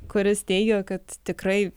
kuris teigia kad tikrai